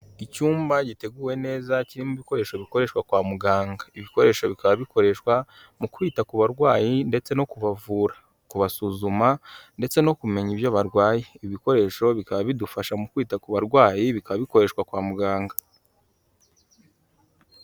Icyumba giteguwe neza kirimo ibikoresho bikoreshwa kwa muganga. Ibi bikoresho bikaba bikoreshwa mu kwita ku barwayi ndetse no kubavura, kubasuzuma ndetse no kumenya ibyo barwaye. Ibi bikoresho bikaba bidufasha mu kwita ku barwayi, bikaba bikoreshwa kwa muganga.